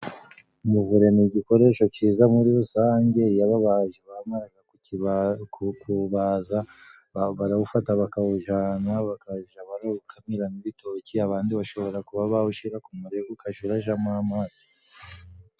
Umuvure ni igikoresho cyiza muri rusange iyo ababaji bamaraga kukiba... ku ku kubaza barawufata bakawujana bakaja barawukamiramo ibitoki abandi bashobora kuba bawushira ku mureko ukaja urajamo amazi.